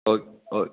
okay ஓ